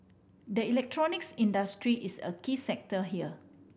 the electronics industry is a key sector here